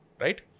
Right